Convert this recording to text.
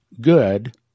good